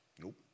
Nope